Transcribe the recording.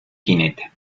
jinete